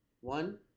One